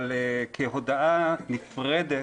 אבל כהודעה נפרדת,